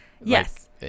yes